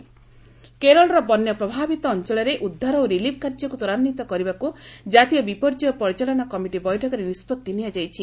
NCMC Kerala କେରଳର ବନ୍ୟା ପ୍ରଭାବିତ ଅଞ୍ଚଳରେ ଉଦ୍ଧାର ଓ ରିଲିଫ୍ କାର୍ଯ୍ୟକ୍ ତ୍ୱରାନ୍ୱିତ କରିବାକୁ କ୍ରାତୀୟ ବିପର୍ଯ୍ୟୟ ପରିଚାଳନା କମିଟି ବୈଠକରେ ନିଷ୍କଭି ନିଆଯାଇଛି